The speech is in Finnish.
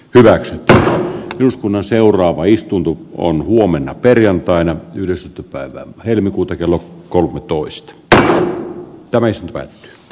kyllä se että eduskunnan seuraava istunto on huomenna perjantaina tylysti päivä helmikuuta kello kolmetoista d james l